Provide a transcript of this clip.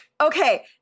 Okay